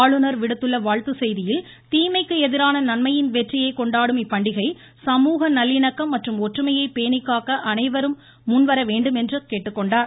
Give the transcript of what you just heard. ஆளுநர் விடுத்துள்ள வாழ்த்துச் செய்தியில் தீமைக்கு எதிரான நன்மையின் வெற்றியைக் கொண்டாடும் இப்பண்டிகை சமூக நல்லிணக்கம் மற்றும் ஒற்றுமையைப் பேணிக்காக்க அனைவரும் முன் வரவேண்டும் என்றார்